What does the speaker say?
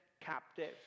captive